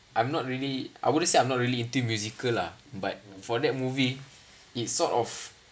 I'm not really I wouldn't say I'm not really into musical lah but for that movie it sort of